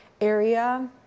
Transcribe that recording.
area